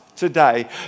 today